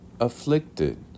afflicted